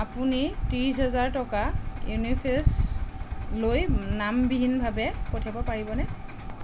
আপুনি ত্ৰিছ হাজাৰ টকা ইউনিচেফলৈ নামবিহীনভাৱে পঠিয়াব পাৰিবনে